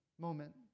moment